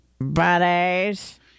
Buddies